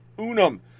unum